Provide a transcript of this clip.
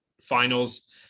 finals